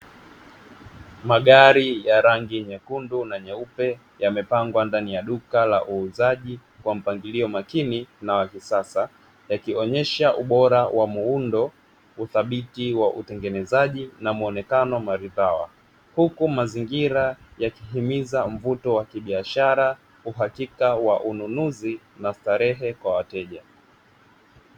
Magari ya rangi nyekundu na nyeupe yamepangwa ndani ya duka la uuzaji kwa mpangilio makini na wa kisasa wakionyesha ubora wa muundo uthabiti wa utengenezaji na muonekano maridhawa huku mazingira yakihimiza mvuto wa kibaishara uhakika wa ununuzi na starehe kwa wateja.